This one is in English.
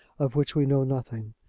of which we know nothing.